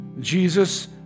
Jesus